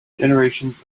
generations